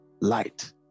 light